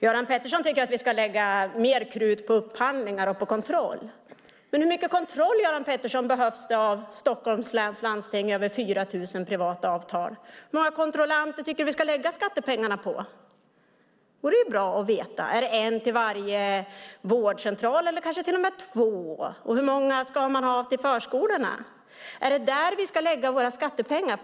Göran Pettersson tycker att vi ska lägga mer krut på upphandlingar och kontroll. Hur mycket kontroll behövs av Stockholms läns landstings 4 000 privata avtal? Hur många kontrollanter tycker du att vi ska lägga skattepengar på? Det vore bra att veta. Är det en för varje vårdcentral, eller kanske två? Hur många ska man ha för förskolorna? Är det där vi ska lägga våra skattepengar?